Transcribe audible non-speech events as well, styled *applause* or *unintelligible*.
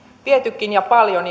vietykin ja paljon *unintelligible*